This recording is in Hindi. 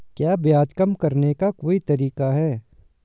क्या ब्याज कम करने का कोई तरीका है?